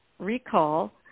recall